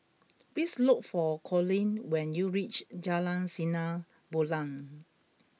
please look for Conley when you reach Jalan Sinar Bulan